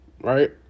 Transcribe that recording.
right